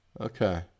Okay